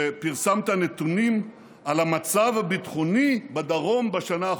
שפרסמת נתונים על המצב הביטחוני בדרום בשנה האחרונה.